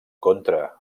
contra